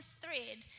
thread